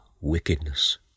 wickedness